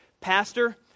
Pastor